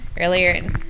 earlier